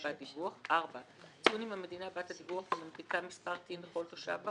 בת הדיווח; ציון אם המדינה בת הדיווח מנפיקה מספר TIN לכל תושב בה,